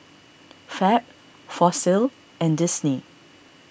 Fab Fossil and Disney